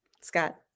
Scott